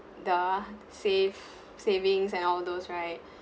the save~ savings and all those right